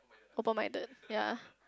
open minded ya